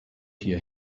hear